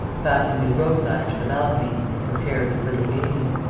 fasten his rope-ladder to the balcony and prepare his little games.